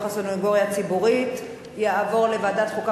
הסניגוריה הציבורית יעברו לוועדת החוקה,